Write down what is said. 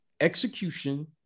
execution